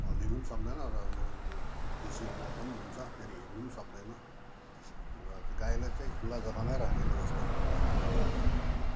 हल्लिनु पनि सक्दैन र बेसी मोटो पनि हुन्छ फेरि हिँड्नु पनि सक्दैन र गाईलाई चाहिँ खुल्ला जग्गामै राखेको जस्तो चाहिँ मलाई राम्रो लाग्छ